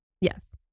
yes